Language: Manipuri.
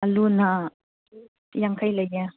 ꯑꯂꯨꯅ ꯌꯥꯡꯈꯩ ꯂꯩꯌꯦ